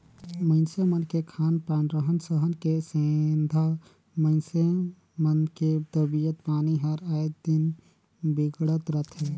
मइनसे मन के खान पान, रहन सहन के सेंधा मइनसे मन के तबियत पानी हर आय दिन बिगड़त रथे